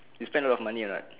you spend a lot of money or not